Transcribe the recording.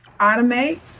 automate